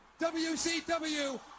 WCW